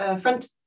front